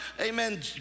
amen